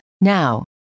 Now